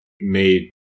made